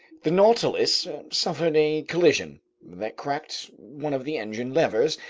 the nautilus suffered a collision that cracked one of the engine levers,